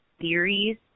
theories